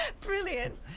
Brilliant